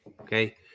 okay